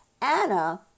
Anna